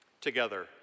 Together